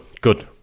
good